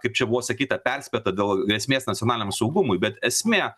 kaip čia buvo sakyta perspėta dėl grėsmės nacionaliniam saugumui bet esmė